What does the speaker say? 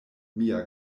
mia